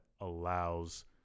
allows